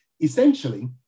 Essentially